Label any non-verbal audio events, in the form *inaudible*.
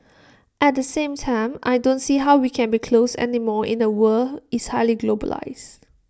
*noise* at the same time I don't see how we can be closed anymore in A world is highly globalised